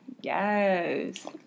Yes